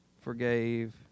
forgave